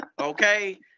Okay